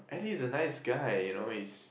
Eddie is a nice guy you know he is